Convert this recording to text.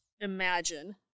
imagine